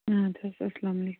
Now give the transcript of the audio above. اَدٕ حظ اسلامُ علیکُم